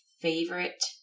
favorite